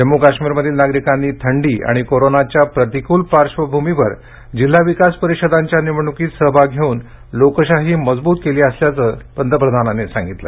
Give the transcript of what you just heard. जम्मू कश्मीर मधील नागरिकांनी थंडी आणि कोरोनाच्या प्रतिकूल पार्श्वभूमीवर जिल्हा विकास परिषदांच्या निवडणुकीत सहभाग घेवून लोकशाही मजबूत केली असल्याचं पंतप्रधानांनी सांगितलं